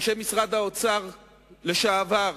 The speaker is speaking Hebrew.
אנשי משרד האוצר לשעבר,